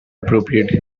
appropriate